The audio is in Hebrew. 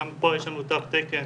גם פה יש לנו תו תקן